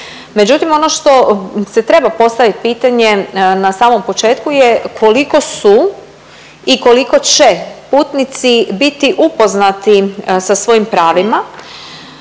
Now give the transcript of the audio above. Međutim, ono što se treba postaviti pitanje na samom početku je koliko su i koliko će putnici biti upoznati sa svojim pravima